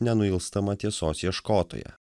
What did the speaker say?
nenuilstamą tiesos ieškotoją